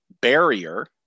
barrier